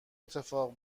اتفاق